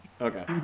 Okay